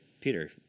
Peter